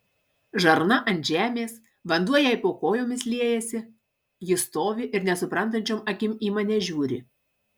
žarna ant žemės vanduo jai po kojomis liejasi ji stovi ir nesuprantančiom akim į mane žiūri